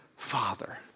father